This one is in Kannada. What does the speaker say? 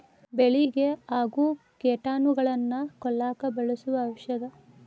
ಬೆಳಿಗೆ ಆಗು ಕೇಟಾನುಗಳನ್ನ ಕೊಲ್ಲಾಕ ಬಳಸು ಔಷದ